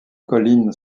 colline